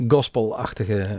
Gospelachtige